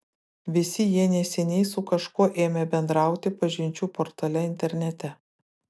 visi jie neseniai su kažkuo ėmė bendrauti pažinčių portale internete